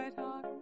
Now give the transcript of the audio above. talk